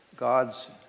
God's